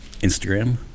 Instagram